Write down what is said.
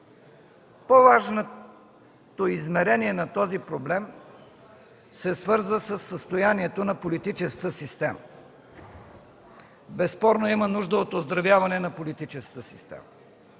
По-важното измерение на този проблем се свързва със състоянието на политическата система. Безспорно има нужда от оздравяване на политическата система;